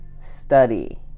study